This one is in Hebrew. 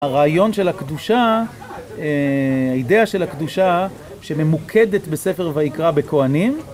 הרעיון של הקדושה, האידאה של הקדושה, שממוקדת בספר ויקרא בכהנים